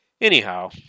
Anyhow